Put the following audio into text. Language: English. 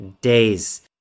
days